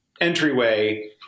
entryway